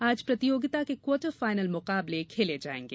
आज प्रतियोगिता quarter final मुकाबले खेले जायेंगे